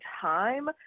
time